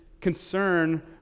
concern